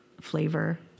flavor